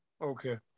Okay